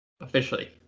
officially